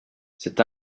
c’est